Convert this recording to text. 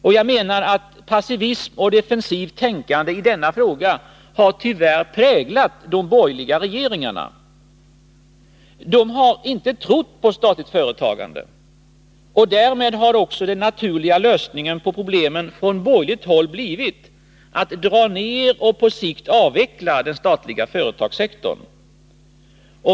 Och jag menar att passivism och defensivt tänkande i denna fråga tyvärr har präglat de borgerliga regeringarna. De har inte trott på statligt företagande. Därmed har också den naturliga lösningen på problemen för de borgerliga blivit att dra ner och på sikt avveckla den statliga företagssektorn.